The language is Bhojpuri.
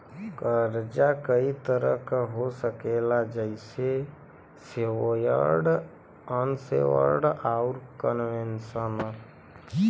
कर्जा कई तरह क हो सकेला जइसे सेक्योर्ड, अनसेक्योर्ड, आउर कन्वेशनल